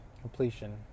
completion